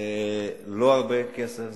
זה לא הרבה כסף,